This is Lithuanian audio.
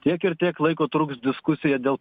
tiek ir tiek laiko truks diskusija dėl